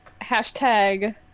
Hashtag